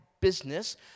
business